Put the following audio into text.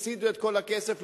הפסידו את כל הכסף,